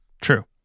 True